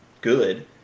good